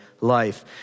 life